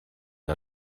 der